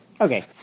Okay